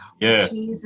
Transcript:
Yes